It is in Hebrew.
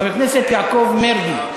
חבר הכנסת יעקב מרגי,